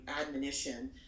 admonition